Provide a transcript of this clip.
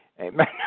amen